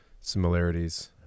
similarities